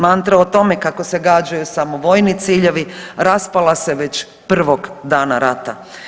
Mantra o tome kako se gađaju samo vojni ciljevi raspala se već prvog dana rata.